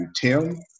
Tim